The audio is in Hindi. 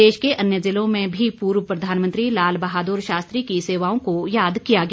प्रदेश के अन्य ज़िलों में भी पूर्व प्रधानमंत्री लाल बहादुर शास्त्री की सेवाओं को याद किया गया